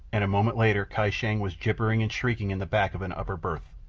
and a moment later kai shang was gibbering and shrieking in the back of an upper berth.